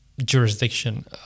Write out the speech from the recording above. jurisdiction